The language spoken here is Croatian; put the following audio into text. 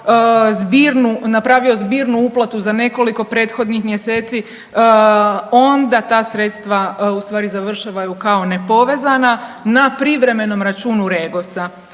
napravio zbirnu uplatu za nekoliko prethodnih mjeseci, onda ta sredstva ustvari završavaju kao nepovezana na privremenom računu REGOS-a,